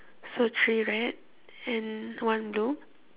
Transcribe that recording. so three red and one blue